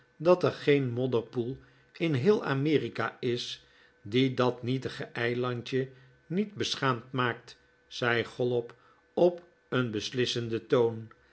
dat er geen modderpoel in heel amerika is die dat nietige eilandje niet beschaamd maakt zei chollop op een beslissenden toon